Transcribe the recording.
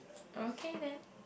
okay then